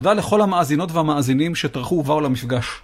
תודה לכל המאזינות והמאזינים שטרחו ובאו למפגש.